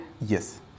Yes